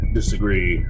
disagree